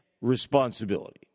responsibility